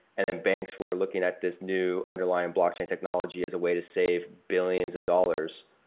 and then banks where looking at this new underlying blockchain technology as a way to save billions of dollars,